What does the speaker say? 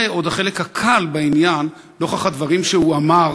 זה עוד החלק הקל בעניין, נוכח הדברים שהוא אמר